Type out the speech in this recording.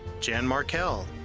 jan markell,